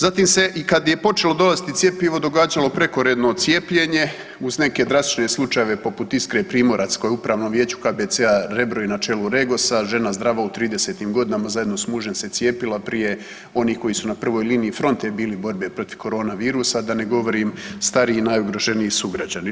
Zatim se i kada je počelo dolaziti cjepivo događalo prekoredno cijepljenje uz neke drastične slučajeve poput Iskre Primorac koja je u Upravnom vijeću KBC-a Rebro i na čelu REGOS-a, žena zdrava u tridesetim godinama zajedno s mužem se cijepila prije onih koji su na prvoj liniji fronte bili protiv korona virusa, a da ne govorim stariji i najugroženiji sugrađani.